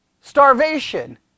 starvation